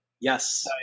Yes